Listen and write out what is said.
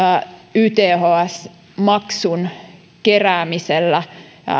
yths maksun keräämisellä